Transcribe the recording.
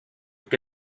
que